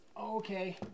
Okay